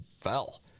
fell